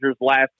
last